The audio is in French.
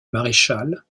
maréchal